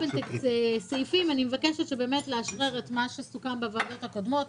בין הבחירות לכנסת ה-23 לכנסת ה-24,